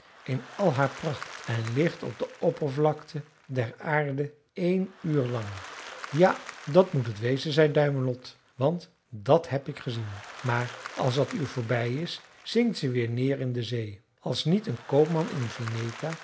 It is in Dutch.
in al haar pracht en ligt op de oppervlakte der aarde één uur lang ja dat moet het wezen zei duimelot want dat heb ik gezien maar als dat uur voorbij is zinkt ze weer neer in de zee als niet een koopman in vineta